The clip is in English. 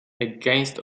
against